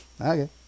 Okay